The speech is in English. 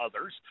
others